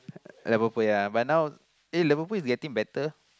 level four ya but now eh level four is getting better